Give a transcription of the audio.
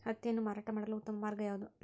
ಹತ್ತಿಯನ್ನು ಮಾರಾಟ ಮಾಡಲು ಉತ್ತಮ ಮಾರ್ಗ ಯಾವುದು?